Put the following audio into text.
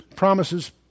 Promises